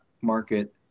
market